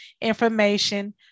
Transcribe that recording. information